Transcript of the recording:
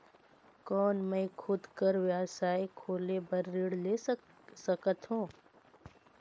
कौन मैं खुद कर व्यवसाय खोले बर ऋण ले सकत हो?